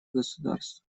государств